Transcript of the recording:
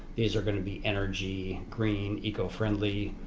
these are going to be energy, green, eco-friendly,